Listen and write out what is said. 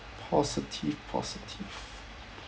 positive positive